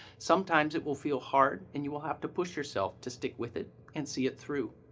sometimes it will feel hard and you will have to push yourself to stick with it and see it through.